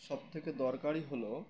সবথেকে দরকারি হল